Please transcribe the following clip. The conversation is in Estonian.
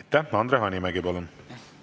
Aitäh! Andre Hanimägi, palun!